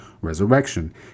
resurrection